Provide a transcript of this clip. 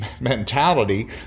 mentality